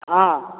ହଁ